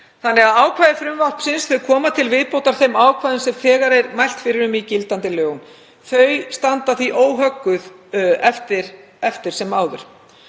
Ákvæði frumvarpsins koma til viðbótar þeim ákvæðum sem þegar er mælt fyrir um í gildandi lögum. Þau standa því óhögguð eftir sem áður.